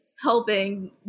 helping